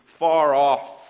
far-off